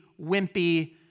wimpy